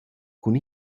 cun